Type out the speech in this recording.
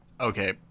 Okay